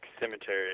Cemetery